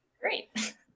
Great